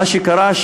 מה שקרה,